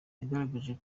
yagaragaje